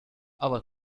our